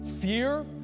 fear